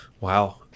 Wow